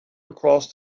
across